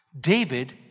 David